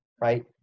right